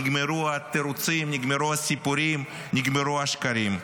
נגמרו התירוצים, נגמרו הסיפורים, נגמרו השקרים.